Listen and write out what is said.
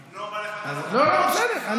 בסדר.